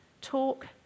talk